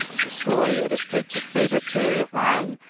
the story illustrates a favourite theory of mine,